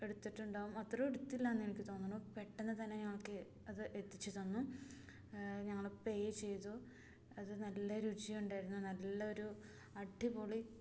എടുത്തിട്ടുണ്ടാവും അത്രയും എടുത്തില്ല എന്ന് എനിക്ക് തോന്നുന്നു പെട്ടെന്ന് തന്നെ ഞങ്ങൾക്ക് അത് എത്തിച്ചു തന്നു ഞങ്ങൾ പേ ചെയ്തു അത് നല്ല രുചി ഉണ്ടായിരുന്നു നല്ല ഒരു അടിപൊളി